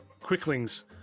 quicklings